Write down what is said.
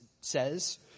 says